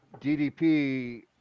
ddp